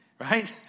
Right